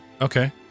Okay